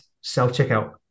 self-checkout